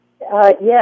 Yes